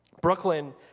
Brooklyn